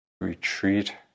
Retreat